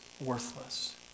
worthless